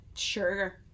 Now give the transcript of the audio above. Sure